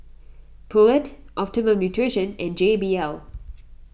Poulet Optimum Nutrition and J B L